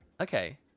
Okay